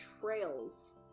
trails